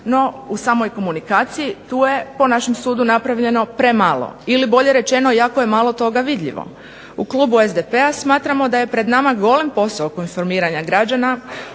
no u samoj komunikaciji tu je po našem sudu napravljeno premalo, ili bolje rečeno jako je malo toga vidljivo. U klubu SDP-a smatramo da je pred nama golem posao oko informiranja građana